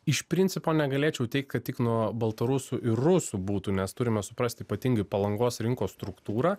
iš principo negalėčiau teigt kad tik nuo baltarusių ir rusų būtų nes turime suprasti ypatingai palangos rinkos struktūrą